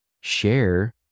share